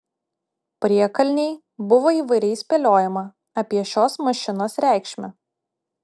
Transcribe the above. priekalnėj buvo įvairiai spėliojama apie šios mašinos reikšmę